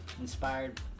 inspired